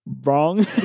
wrong